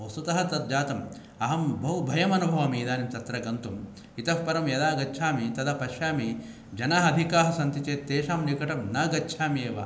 वस्तुत तद् जातम् अहं बहु भयम् अनुभवामि इदानीं तत्र गन्तुम् इत परं यदा गच्छामि तदा पश्यामि जना अधिका सन्ति चेत् तेषां निकटं न गच्छामि एव